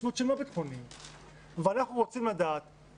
אני יכולה לומר בהתייחס לרשויות חזקות או חלשות.